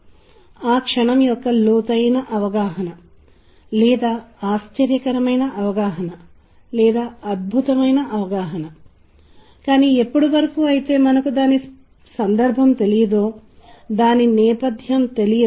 ఇప్పుడు శ్రావ్యత యొక్క సంక్లిష్టమైన సిద్ధాంతాలు ఉన్నాయి కానీ మనం దానికి వెళ్లడం లేదు మరియు దృశ్యమాన సందర్భంలో ఒక సౌందర్య వర్గాన్ని అర్థం చేసుకోవచ్చు అలాగే కొన్ని రంగులు అనుకూలంగా ఉంటాయి కొన్ని రంగులు కాదు